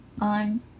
on